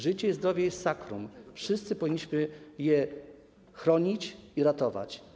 Życie i zdrowie to jest sacrum, wszyscy powinniśmy je chronić i ratować.